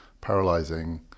paralyzing